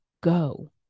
go